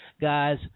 Guys